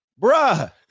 Bruh